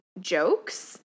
jokes